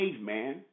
man